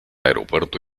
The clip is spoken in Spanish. aeropuerto